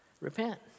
repent